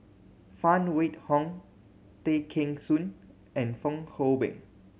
Phan Wait Hong Tay Kheng Soon and Fong Hoe Beng